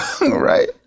Right